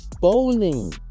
bowling